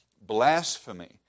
blasphemy